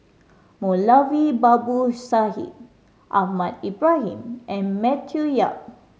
Moulavi Babu Sahib Ahmad Ibrahim and Matthew Yap